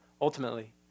ultimately